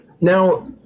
Now